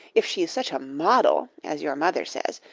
if she's such a model, as your mother says,